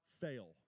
fail